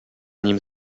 nim